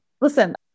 Listen